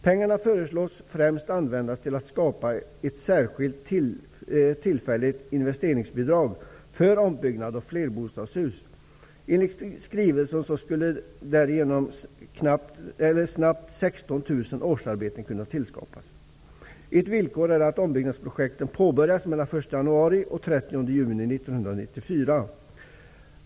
Pengarna föreslås främst användas till att skapa ett särskilt tillfälligt investeringsbidrag för ombyggnad av flerbostadshus. Enligt skrivelsen skulle därigenom 16 000 årsarbeten snabbt kunna tillskapas. Ett villkor är att ombyggnadsprojekten påbörjas mellan den 1 januari och den 30 juni 1994.